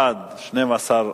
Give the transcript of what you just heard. בעד 12,